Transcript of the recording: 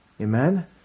Amen